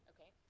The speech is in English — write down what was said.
Okay